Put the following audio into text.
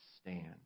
stand